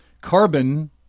carbon